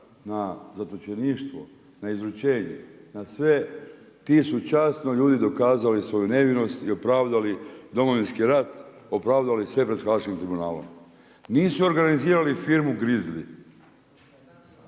na zatočeništvo, na izručenje, na sve ti su časno ljudi dokazali svoju nevinost i opravdali Domovinski rat, opravdali sve pred haškim tribunalom. Nisu organizirali firmu Grizli